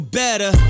better